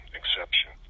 exception